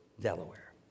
Delaware